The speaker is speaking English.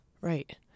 Right